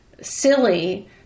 silly